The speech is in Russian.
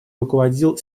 руководил